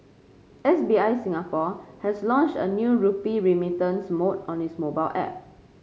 S B I Singapore has launched a new rupee remittance mode on its mobile app